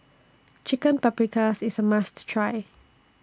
Chicken Paprikas IS A must Try